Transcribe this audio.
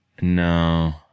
No